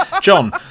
John